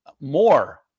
more